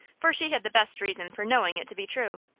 for she had the best reason for knowing it to be true.